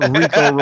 Rico